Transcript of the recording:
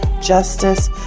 justice